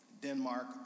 Denmark